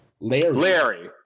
Larry